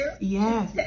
Yes